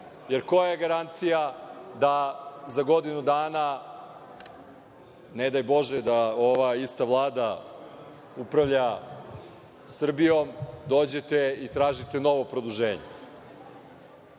Jer, koja je garancija da za godinu dana, ne daj Bože da ova ista Vlada upravlja Srbijom, dođete i tražite novo produženje?